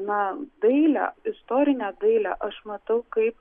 na dailę istorinę dailę aš matau kaip